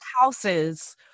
houses